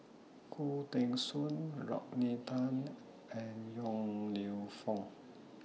Khoo Teng Soon Rodney Tan and Yong Lew Foong